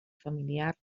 familiar